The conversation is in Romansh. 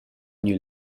gnü